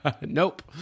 Nope